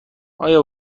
آیا